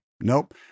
nope